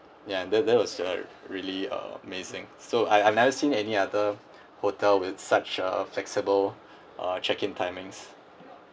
ya that that was uh really amazing so I've I've never seen any other hotel with such a flexible uh check in timings